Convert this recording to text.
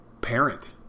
parent